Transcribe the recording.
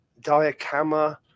Diacama